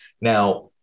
Now